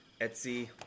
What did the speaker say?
Etsy